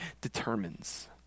determines